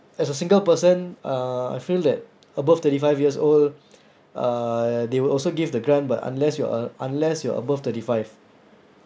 as a single person uh I feel that above thirty five years old uh they will also give the grant but unless you're uh unless you're above thirty five